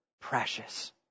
precious